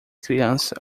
criança